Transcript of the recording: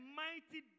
mighty